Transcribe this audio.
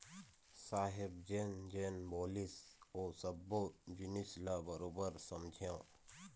साहेब जेन जेन बोलिस ओ सब्बो जिनिस ल बरोबर समझेंव